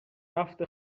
نفت